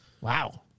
Wow